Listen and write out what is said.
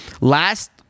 Last